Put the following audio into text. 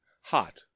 hot